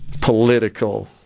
political